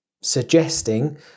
suggesting